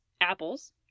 apples